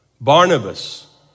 Barnabas